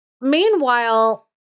meanwhile